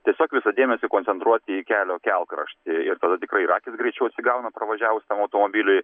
tiesiog visą dėmesį koncentruoti į kelio kelkraštį ir tada tikrai ir akys greičiau atsigauna pravažiavus tam automobiliui